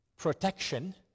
Protection